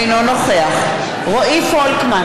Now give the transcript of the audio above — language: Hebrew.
אינו נוכח רועי פולקמן,